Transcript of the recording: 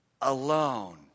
alone